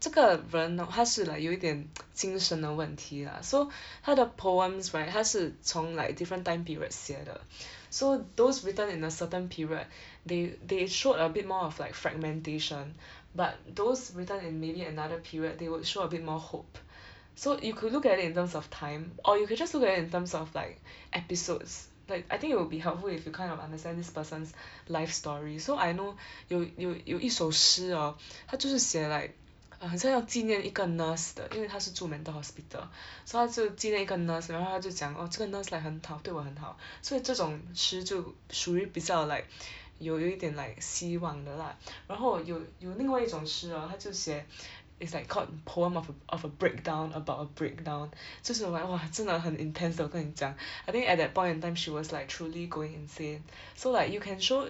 这个人 hor 她是 like 有一点 精神的问题啦 so 她的 poems right 她是从 like different time period 写的 so those written in a certain period they they showed a bit more of like fragmentation but those written in maybe another period they would show a bit more hope so you could look at it in terms of time or you could just look at it in terms of like episodes like I think it will be helpful if you kind of understand this person's life story so I know 有有有一首诗 hor 她就是写 like ah 好像要纪念一个 nurse 的因为她是住 mental hospital so 她就纪念一个 nurse 然后她就讲 oh 这个 nurse like 很好对我很好 所以这种诗就属于比较 like 有有一点希望的啦 然后有有另外一种诗她就写 it's like called poem of a of a breakdown about a breakdown 这种 like 哇真的很 intense 的我跟你讲 I think at that point in time she was like truly going insane so like you can show